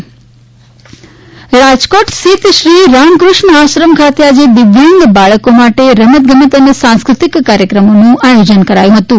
દિવ્યાંગ કાર્યક્રમ રાજકોટ સ્થિત શ્રીરામફષ્ણ આશ્રમ ખાતે આજે દિવ્યાંગ બાળકો માટે રમત ગમત અને સાંસ્કૃતિ કાર્યક્રમોનું આયોજન કરાયું હતું